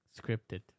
scripted